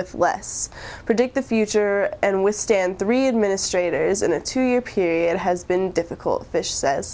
with less predict the future and withstand three administrators in a two year period has been difficult fish says